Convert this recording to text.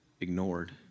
ignored